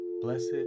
Blessed